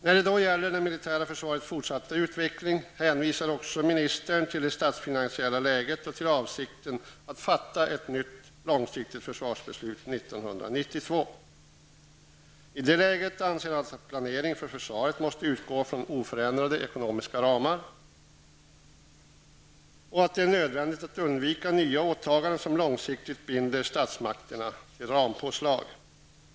När det gäller det militära försvarets fortsatta utveckling hänvisar också ministern till det statsfinansiella läget och till avsikten att fatta ett nytt långsiktigt försvarsbeslut år 1992. I det läget anser han att planeringen för försvaret måste utgå från oförändrade ekonomiska ramar och att det är nödvändigt att undvika nya åtaganden som långsiktigt binder statsmakterna till rampåslag.